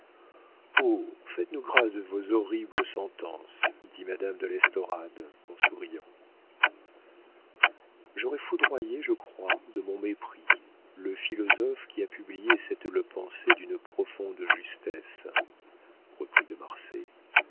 faites-nous grâce de vos horribles sentences dit madame de l'estorade en souriant j'aurais foudroyé je crois de mon mépris le philosophe qui a publié cette terrible pensée d'une profonde justesse reprit de marsay